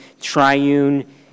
triune